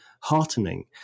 heartening